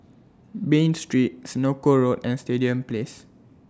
Bain Street Senoko Road and Stadium Place